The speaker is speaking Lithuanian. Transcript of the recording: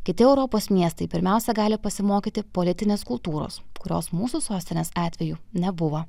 kiti europos miestai pirmiausia gali pasimokyti politinės kultūros kurios mūsų sostinės atveju nebuvo